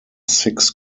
six